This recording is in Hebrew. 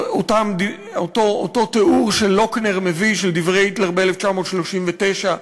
אותו תיאור שלוכנר מביא של דברי היטלר ב-1939,